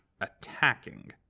attacking